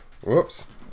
Whoops